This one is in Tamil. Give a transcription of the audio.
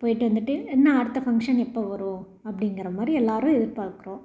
போயிட்டு வந்துட்டு என்ன அடுத்த ஃபங்க்ஷன் எப்போ வரும் அப்படிங்குறமாரி எல்லோரும் எதிர்பார்க்குறோம்